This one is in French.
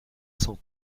cent